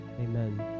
amen